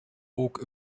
ook